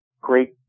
great